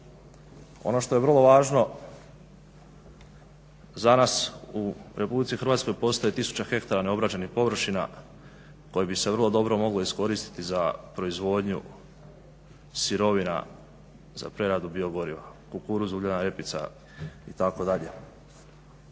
Ono što je vrlo važno za nas u RH postoje tisuće hektara neobrađenih površina koje bi se vrlo dobro mogle iskoristiti za proizvodnju sirovina za preradu biogoriva, kukuruz, uljana repica itd.